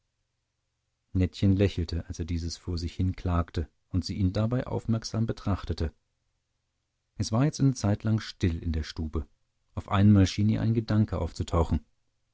nettchen lächelte als er dieses vor sich hinklagte und sie ihn dabei aufmerksam betrachtete es war jetzt eine zeitlang still in der stube auf einmal schien ihr ein gedanke aufzutauchen